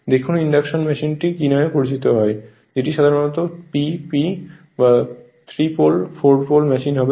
দেখুন ইন্ডাকশন মেশিনটি কি নামে পরিচিত যেটি সাধারণত এটি P P বা 3 পোল 4 পোল মেশিন হবে